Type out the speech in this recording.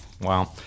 Wow